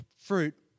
fruit